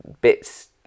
bits